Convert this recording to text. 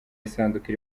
isanduku